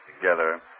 together